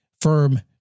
firm